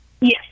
Yes